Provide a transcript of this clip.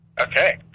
okay